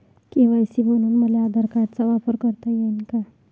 KYC म्हनून मले आधार कार्डाचा वापर करता येईन का?